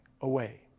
away